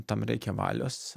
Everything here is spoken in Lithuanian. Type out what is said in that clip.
tam reikia valios